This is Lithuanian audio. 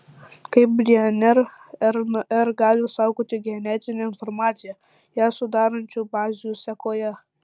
kaip dnr rnr gali saugoti genetinę informaciją ją sudarančių bazių sekoje